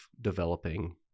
developing